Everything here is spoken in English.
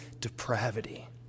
depravity